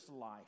life